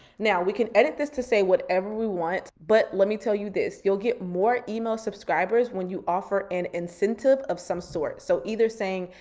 now we can edit this to say whatever we want, but let me tell you this, you'll get more email subscribers when you offer an incentive of some sorts. so either saying,